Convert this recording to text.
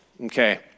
Okay